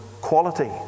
quality